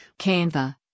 canva